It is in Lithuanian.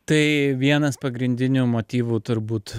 tai vienas pagrindinių motyvų turbūt